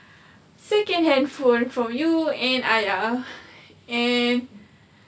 second hand phone from you and ayah and